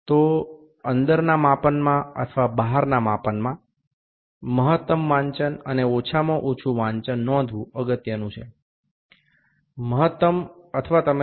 সুতরাং অভ্যন্তরের পরিমাপে বা বাহ্যিক পরিমাপে সর্বাধিক পাঠ এবং সর্বনিম্ন পাঠ লিখে নেওয়া গুরুত্বপূর্ণ এটি হল সর্বাধিক পাঠ এবং আপনি এটিকে সর্বনিম্ন পাঠ বলতে পারেন